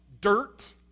dirt